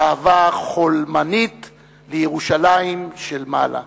אהבה חולמנית לירושלים של מעלה.